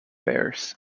bears